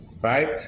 Right